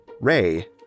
Ray